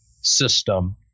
system